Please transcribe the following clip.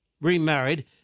remarried